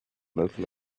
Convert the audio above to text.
local